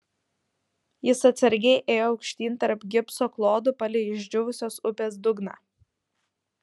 jis atsargiai ėjo aukštyn tarp gipso klodų palei išdžiūvusios upės dugną